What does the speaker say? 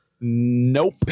Nope